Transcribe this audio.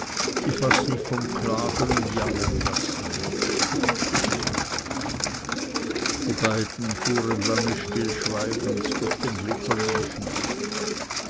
die fast nicht vom jammern lassen wollten die beiden fuhren lange stillschweigend durch den glitzernden schnee